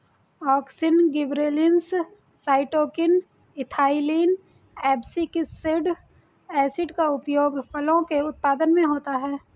auxin, gibberellins, cytokinin, ethylene, abscisic acid का उपयोग फलों के उत्पादन में होता है